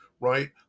right